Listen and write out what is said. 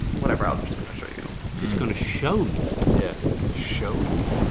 whatever, i'm just gonna show you. just gonna show me. yeah, he's gonna show you.